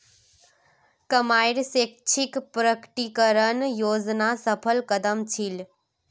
कमाईर स्वैच्छिक प्रकटीकरण योजना सफल कदम छील